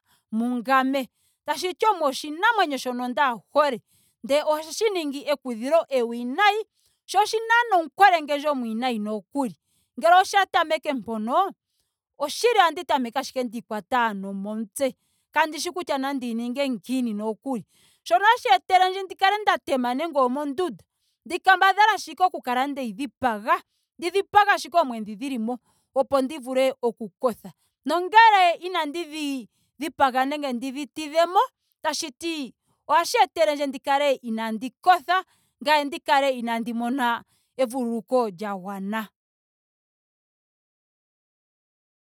Mungame. Tashiti omwe oshinamwenyo shono ndaa hole. Ndee ohashi ningi ekudhilo ewinayi sho oshina nomukwelengendjo omwiinayi nokuli. Ngele osha tameke mpono. oshili ohandi tameke ashike ndiikwata nomomutse. Kandishi kutya nandi ninge ngiini nokuli. Shono hashi etelendje ndi kale nda tema nando omondunda. Ndi kambadhale ndi kale ndeyi dhipaga. ndi dhipage ashike oomwe dhi dhilimo opo ndi vule oku kotha nongele inandi dhi dhipaga nenge ndi dhi tidhemo tashiti ohashi etelendje ndi kale inaandi kotha ngame ndi kale inaandi mona evululuko lya gwana.